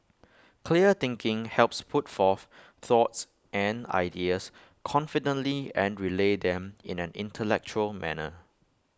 clear thinking helps put forth thoughts and ideas confidently and relay them in an intellectual manner